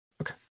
Okay